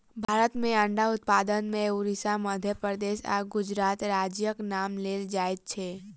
भारत मे अंडा उत्पादन मे उड़िसा, मध्य प्रदेश आ गुजरात राज्यक नाम लेल जाइत छै